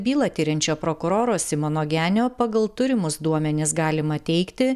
bylą tiriančio prokuroro simono genio pagal turimus duomenis galima teigti